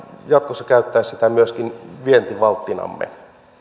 jatkossa käyttää myöskin vientivalttinamme